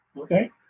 Okay